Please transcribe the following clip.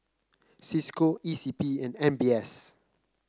Cisco E C P and M B S